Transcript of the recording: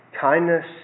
kindness